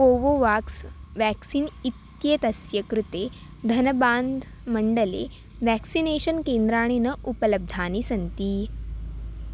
Covovax vaccine इत्येतस्य कृते धनबान्ध् मण्डले व्याक्सिनेषन् केन्द्राणि न उपलब्धानि सन्ति